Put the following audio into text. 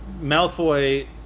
Malfoy